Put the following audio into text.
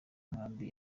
nkambi